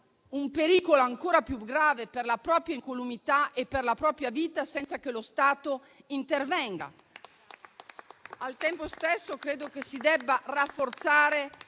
un pericolo ancora più grave per la propria incolumità e per la propria vita, senza che lo Stato intervenga. Al tempo stesso, credo che si debbano rafforzare